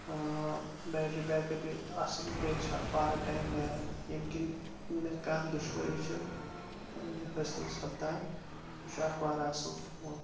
battery back up اصل بییہِ چھ اتھ واریاہ ٹایم نیران ییٚمہِ کنۍ مےٚ کانہہ دُشوٲری چھٕ حاصل سپدان یہِ چھُ اکھ واریاہ اصل فون